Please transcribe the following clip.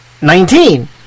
Nineteen